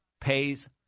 pays